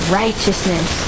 righteousness